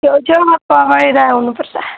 छेउ छेउमा त गएर आउनुपर्छ